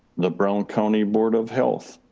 the brown county board of health,